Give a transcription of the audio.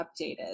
updated